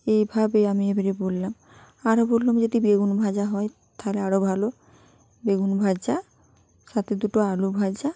এইভাবে আমি এবারে বললাম আরও বললাম যেটি বেগুন ভাজা হয় তাহলে আরও ভালো বেগুন ভাজা সাথে দুটো আলু ভাজা